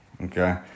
Okay